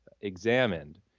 examined